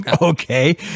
Okay